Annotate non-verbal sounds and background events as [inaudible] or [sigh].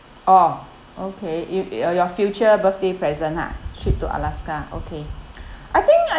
oh okay you your your future birthday present ah trip to alaska okay [breath] I think I